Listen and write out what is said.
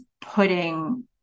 putting